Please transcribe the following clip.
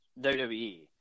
WWE